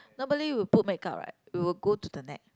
normally you'll put make up right it'll go to the neck